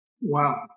Wow